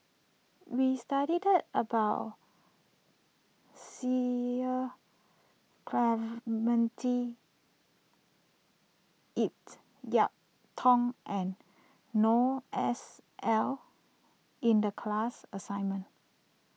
we studied about Cecil Clementi it Yiu Tung and Noor S L in the class assignment